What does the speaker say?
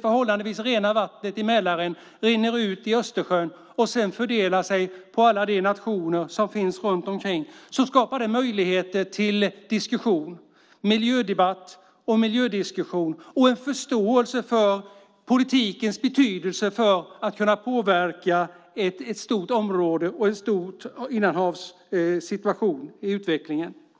förhållandevis rena vattnet från Mälaren rinner ut i Östersjön och sedan fördelar sig på alla de nationer som finns runt omkring skapar det möjligheter till diskussion - miljödebatt och miljödiskussion och en förståelse för politikens betydelse för att kunna påverka ett stort område och ett stort innanhavs situation i utvecklingen.